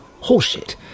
horseshit